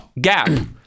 gap